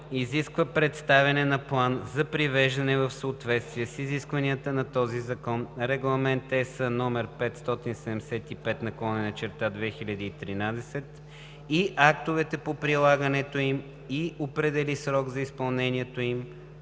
изиска представяне на план за привеждане в съответствие с изискванията на този закон, Регламент (ЕС) № 575/2013 и актовете по прилагането им и определи срок за изпълнението